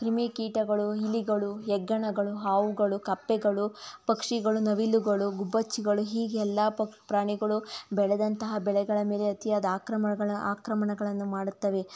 ಕ್ರಿಮಿಕೀಟಗಳು ಇಲಿಗಳು ಹೆಗ್ಗಣಗಳು ಹಾವುಗಳು ಕಪ್ಪೆಗಳು ಪಕ್ಷಿಗಳು ನವಿಲುಗಳು ಗುಬ್ಬಚ್ಚಿಗಳು ಹೀಗೆಲ್ಲ ಪಕ್ ಪ್ರಾಣಿಗಳು ಬೆಳೆದಂತಹ ಬೆಳೆಗಳ ಮೇಲೆ ಅತಿಯಾದ ಆಕ್ರಮಣಗಳ ಆಕ್ರಮಣಗಳನ್ನು ಮಾಡುತ್ತವೆ